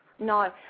No